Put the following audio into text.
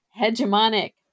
hegemonic